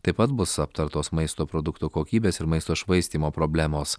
taip pat bus aptartos maisto produktų kokybės ir maisto švaistymo problemos